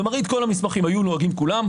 ומראים את כל המסמכים היו נוהגים כולם.